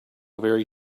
very